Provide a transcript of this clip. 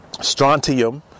strontium